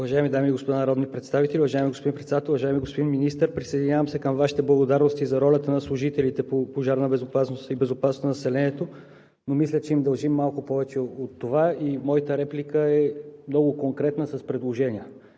Уважаеми дами и господа народни представители, уважаеми господин Председател! Уважаеми господин Министър, присъединявам се към Вашите благодарности за ролята на служителите от „Пожарна безопасност и защита на населението“, но мисля, че им дължим малко повече от това. Моята реплика е много конкретна, с предложения.